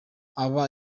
aba